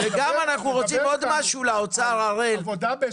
עוד דבר,